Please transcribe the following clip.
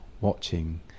watching